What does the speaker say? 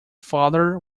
father